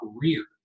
career